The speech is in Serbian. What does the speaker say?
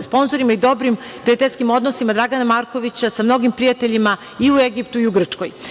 sponzorima i dobrim prijateljskim odnosima Dragana Markovića sa mnogim prijateljima i u Egiptu i u Grčkoj. Kada